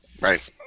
Right